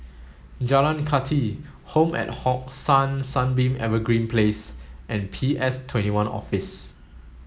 Jalan Kathi Home at Hong San Sunbeam Evergreen Place and P S twenty one Office